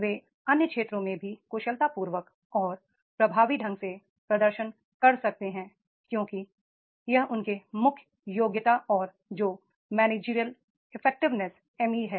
वे अन्य क्षेत्रों में भी कुशलतापूर्वक और प्रभावी ढंग से प्रदर्शन कर सकते हैं क्योंकि यह उनके मुख्य योग्यता और जो मैनेजमेंट इफेक्टिवेनेस है